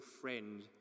friend